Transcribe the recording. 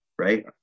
Right